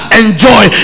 enjoy